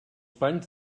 panys